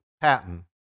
patent